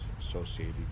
associated